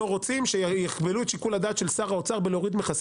רוצים שיכבלו את שיקול הדעת של שר האוצר בלהוריד מכסים,